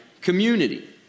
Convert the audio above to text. community